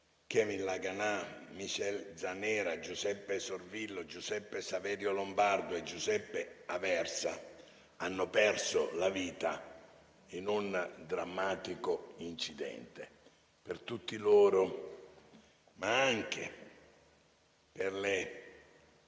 Kevin Laganà, Michael Zanera, Giuseppe Sorvillo, Giuseppe Saverio Lombardo e Giuseppe Aversa, hanno perso la vita in un drammatico incidente. Per tutti loro, ma anche per le